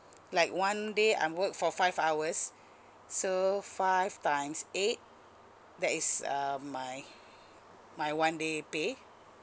like one day I'm work for five hours so five times eight that is um my my one day pay